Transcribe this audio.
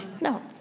No